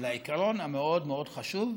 זה חלק מחוק חינוך חובה.